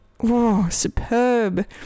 superb